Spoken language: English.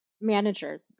manager